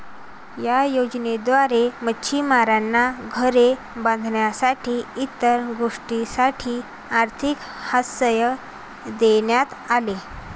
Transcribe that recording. या योजनेद्वारे मच्छिमारांना घरे बांधण्यासाठी इतर गोष्टींसाठी आर्थिक सहाय्य देण्यात आले